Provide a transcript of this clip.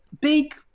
big